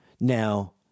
Now